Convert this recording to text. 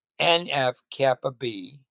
NF-kappa-B